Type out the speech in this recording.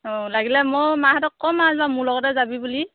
অঁ লাগিলে ময়ো মাহেঁতক কম আৰু যেনিবা মোৰ লগতে যাবি বুলি